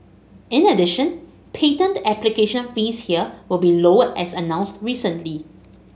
in addition patent application fees here will be lowered as announced recently